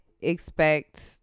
expect